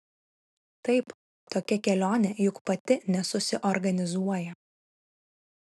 taip tokia kelionė juk pati nesusiorganizuoja